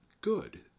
good